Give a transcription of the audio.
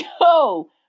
yo